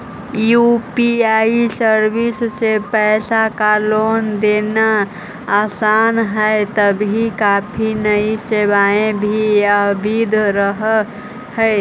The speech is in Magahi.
यू.पी.आई सर्विस से पैसे का लेन देन आसान हई तभी काफी नई सेवाएं भी आवित रहा हई